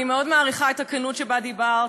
אני מאוד מעריכה את הכנות שבה דיברת,